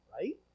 right